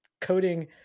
coding